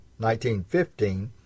1915